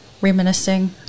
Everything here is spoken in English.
reminiscing